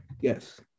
Yes